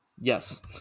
Yes